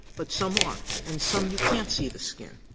but some are, and some you can't see the skin.